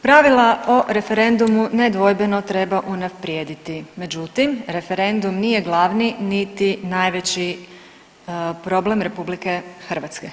Pravila o referendumu nedvojbeno treba unaprijediti, međutim referendum nije glavni niti najveći problem RH.